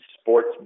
Sports